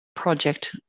Project